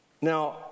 Now